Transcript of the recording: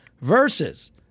Versus